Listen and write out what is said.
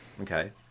okay